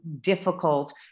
difficult